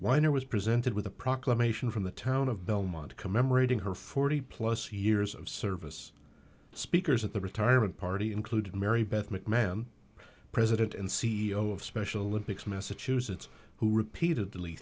weiner was presented with a proclamation from the town of belmont commemorating her forty plus years of service speakers at the retirement party include mary beth mcmahon president and c e o of special olympics massachusetts who repeatedly